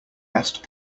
asked